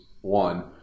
one